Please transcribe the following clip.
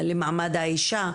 למעמד האישה.